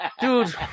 Dude